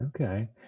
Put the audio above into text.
Okay